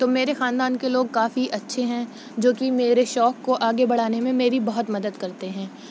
تو میرے خاندان کے لوگ کافی اچھے ہیں جو کہ میرے شوق کو آگے بڑھانے میں میری بہت مدد کرتے ہیں